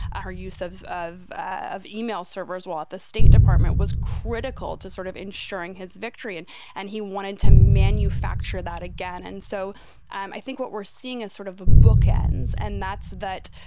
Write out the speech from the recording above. her use of of of email servers, what the state department was critical to sort of ensuring his victory and and he wanted to manufacture that again. and so i think what we're seeing as sort of ah bookends and that's that,